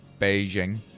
Beijing